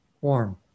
Warm